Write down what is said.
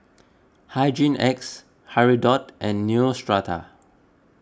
Hygin X Hirudoid and Neostrata